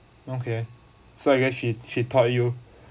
okay so I guess she she taught you